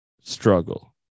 struggle